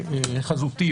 חזותי,